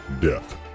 death